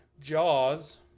Jaws